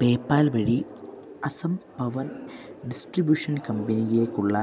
PayPal വഴി Assam power distribution കമ്പനിയിലേക്കുള്ള